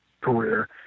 career